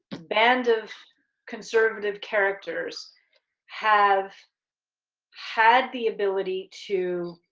band of conservative characters have had the ability to